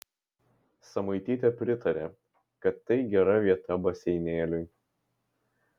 samuitytė pritarė kad tai gera vieta baseinėliui